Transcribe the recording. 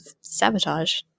sabotage